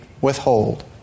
withhold